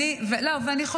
אני מדברת בכלל על הרשויות.